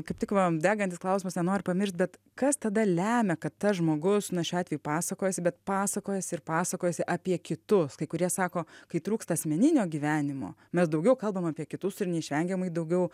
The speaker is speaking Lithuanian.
kaip tik va degantis klausimas nenoriu pamiršt bet kas tada lemia kad tas žmogus na šiuo atveju pasakojasi bet pasakojasi ir pasakojasi apie kitus kai kurie sako kai trūksta asmeninio gyvenimo mes daugiau kalbame apie kitus ir neišvengiamai daugiau